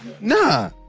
nah